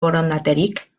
borondaterik